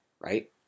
right